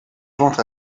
ventre